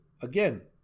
Again